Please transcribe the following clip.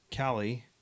callie